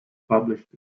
published